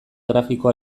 grafiko